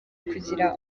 kugira